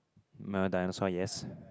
milo dinosaur yes